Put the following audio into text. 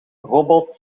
robots